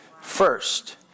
First